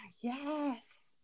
Yes